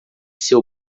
seu